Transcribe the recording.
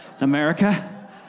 America